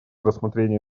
рассмотрение